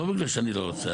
לא בגלל שאני לא רוצה,